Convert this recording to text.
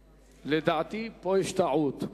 בעד, 18,